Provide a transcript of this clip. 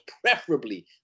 preferably